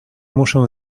muszę